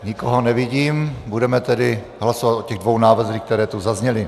Nikoho nevidím, budeme tedy hlasovat o těch dvou návrzích, které tu zazněly.